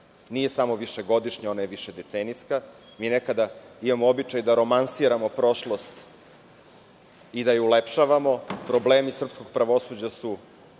nije samo višegodišnja, ona je višedecenijska. Mi nekada imamo običaj da romansiramo prošlost i da je ulepšavamo. Problemi srpskog pravosuđa su